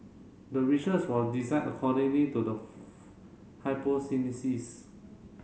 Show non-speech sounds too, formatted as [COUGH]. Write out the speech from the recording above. the research was designed accordingly to the [UNINTELLIGIBLE]